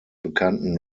bekannten